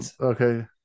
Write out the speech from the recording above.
Okay